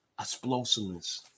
explosiveness